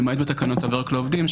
למעט בתקנות תו ירוק לעובדים,